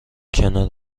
کنار